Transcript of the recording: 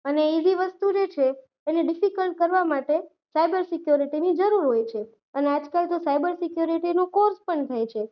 અને ઇઝી વસ્તુ જે છે એને ડિફિકલ્ટ કરવા માટે સાઈબર સિક્યોરિટીની જરૂર હોય છે અને આજકાલ તો સાઈબર સિક્યોરિટીનો કોર્સ પણ થાય છે